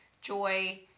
joy